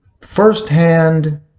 firsthand